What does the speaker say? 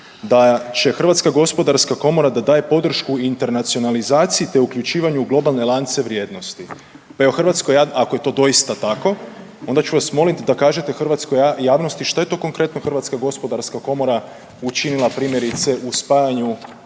zakona kaže da će HGK da daje podršku internacionalizaciji te uključivanju u globalne lance vrijednosti. Pa je u Hrvatskoj, ako je to doista tako onda ću vas moliti da kažete hrvatskoj javnosti šta je to konkretno HGK učinila primjerice u spajanju